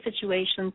situations